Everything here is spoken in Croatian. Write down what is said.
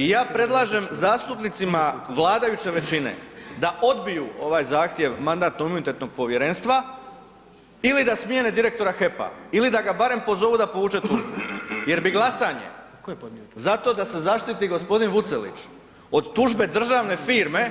Ja predlažem zastupnicima vladajuće većine da odbiju ovaj zahtjev Mandatno-imunitetnog povjerenstva ili da smijene direktora HEP-a ili da ga barem pozovu da povuče tužbu jer bi glasanje zato da se zaštiti gospodin Vucelić od tužbe državne firme